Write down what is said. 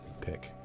pick